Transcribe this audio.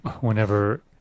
whenever